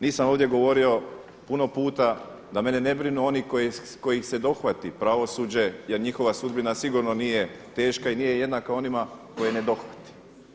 Nisam ovdje govorio puno puta da mene ne brinu oni kojih se dohvati pravosuđe, jer njihova sudbina sigurno nije teška i nije jednaka onima tko je ne dohvati.